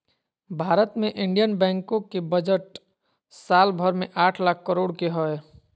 भारत मे इन्डियन बैंको के बजट साल भर मे आठ लाख करोड के हय